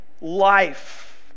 life